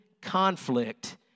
conflict